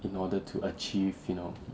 in order to achieve you know